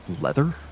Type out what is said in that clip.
leather